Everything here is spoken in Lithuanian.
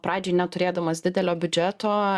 pradžiai neturėdamas didelio biudžeto